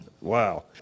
Wow